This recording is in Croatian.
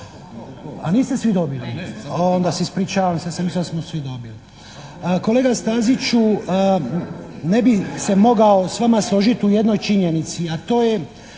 se ne čuje./ … Onda se ispričavam, ja sam mislio da smo svi dobili. Kolega Staziću ne bi se mogao s vama složiti u jednoj činjenici a to je